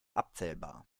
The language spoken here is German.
abzählbar